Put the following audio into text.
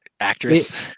Actress